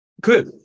Good